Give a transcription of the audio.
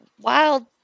wild